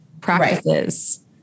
practices